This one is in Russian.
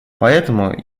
поэтому